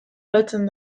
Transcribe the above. lotzen